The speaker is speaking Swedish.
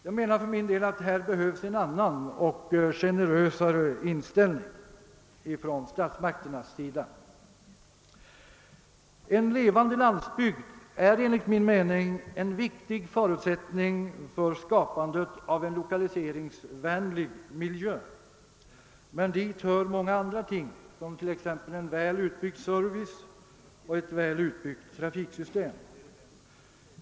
Här behövs enligt min mening en annan och generösare inställning från statsmakternas sida. En levande landsbygd är en viktig förutsättning för skapandet av en lokaliseringsvänlig miljö men dit hör många andra ting som t.ex. en väl ubyggd service och ett väl utbyggt trafiksystem.